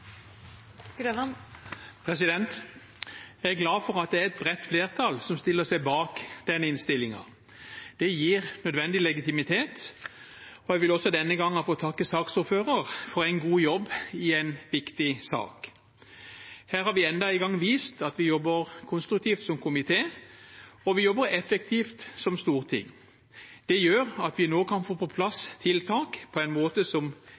et bredt flertall som stiller seg bak denne innstillingen. Det gir nødvendig legitimitet. Jeg vil også denne gangen få takke saksordføreren for en god jobb i en viktig sak. Her har vi enda en gang vist at vi jobber konstruktivt som komité, og at vi jobber effektivt som storting. Det gjør at vi nå kan få på plass tiltak på en måte som